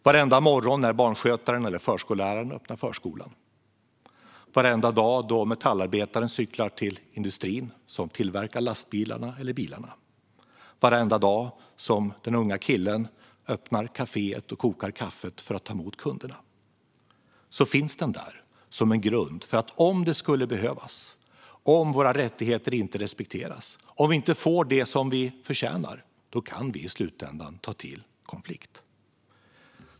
Varenda morgon när barnskötaren eller förskolläraren öppnar förskolan, varenda dag då metallarbetaren cyklar till industrin som tillverkar lastbilarna eller bilarna och varenda dag som den unga killen öppnar kaféet och kokar kaffe för att ta emot kunderna finns den där som en grund om det skulle behövas. Om våra rättigheter inte respekteras och om vi inte får det vi förtjänar kan vi i slutändan ta till konflikt.